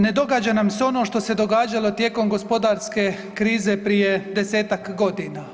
Ne događa nam se ono što se događalo tijekom gospodarske krize prije 10-tak godina.